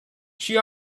she